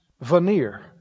veneer